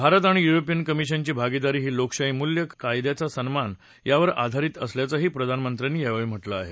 भारत आणि युरोपियन कमिशनची भागीदारी ही लोकशाही मूल्य कायद्याचा सन्मान यावर आधारित असल्याचंही प्रधानमंत्र्यांनी म्हटलं आहे